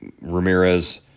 Ramirez